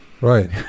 Right